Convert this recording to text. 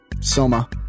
Soma